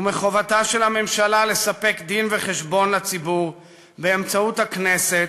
ומחובתה של הממשלה לתת דין-וחשבון לציבור באמצעות הכנסת,